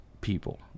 people